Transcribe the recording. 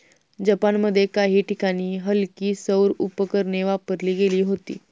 जपानमध्ये काही ठिकाणी हलकी सौर उपकरणेही वापरली गेली होती